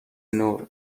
نور